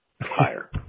higher